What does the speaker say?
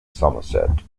somerset